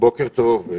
בוקר טוב.